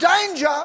danger